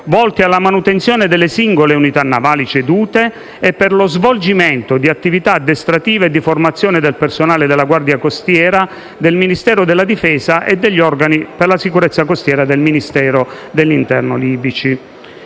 per la manutenzione delle singole unità navali cedute e lo svolgimento di attività addestrative e di formazione del personale della Guardia costiera del Ministero della difesa e degli organi per la sicurezza costiera del Ministero dell'interno libici.